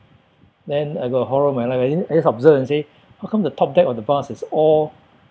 then I got the horror of my life I think I just observe and say how come the top deck of the bus is all